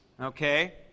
okay